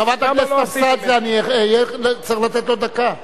חברת הכנסת אבסדזה, אני אהיה צריך לתת לו דקה.